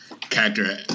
character